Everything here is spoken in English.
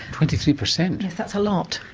twenty-three per cent? yes that's a lot.